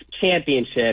championship